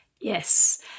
Yes